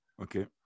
Okay